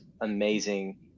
amazing